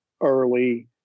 early